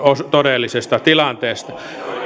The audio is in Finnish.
todellisesta tilanteesta